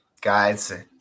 guys